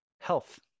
health